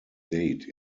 date